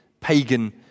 pagan